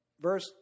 Verse